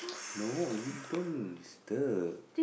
no you don't disturb